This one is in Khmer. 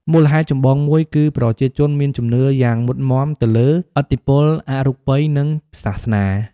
មូលហេតុចម្បងមួយ គឺប្រជាជនមានជំនឿយ៉ាងមុតមាំទៅលើ ឥទ្ធិពលអរូបី និងសាសនា។